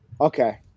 okay